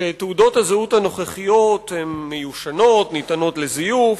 שתעודות הזהות הנוכחיות הן מיושנות וניתנות לזיוף.